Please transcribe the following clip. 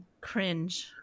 cringe